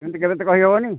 ସିମିତି କେବେ ତ କହିହେବନି